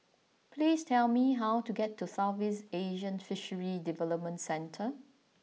please tell me how to get to Southeast Asian Fisheries Development Centre